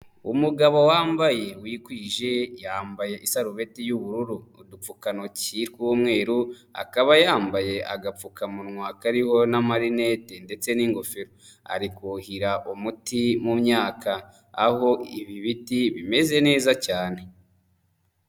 Umugabo wambaye wikwije yambaye isarubeti y'ubururu udupfukantoki tw'umweru akaba yambaye agapfukamunwa kariho n'amarineti ndetse n'ingofero, ari kuhira umuti mu myaka aho ibi biti bimeze neza cyane.